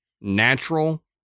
natural